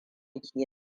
ke